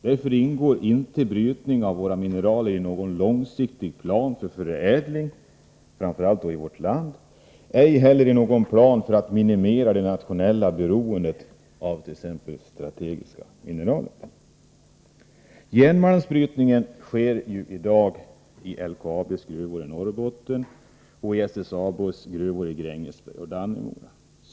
Därför ingår inte brytning av våra mineraler i någon långsiktig plan för förädling i framför allt det egna landet. Ej heller finns det någon plan för att minimera det nationella beroendet av t.ex. strategiska mineraler. Järnmalmsbrytning sker i dag i LKAB:s gruvor i Norrbotten och i SSAB:s gruvor i Grängesberg och Dannemora.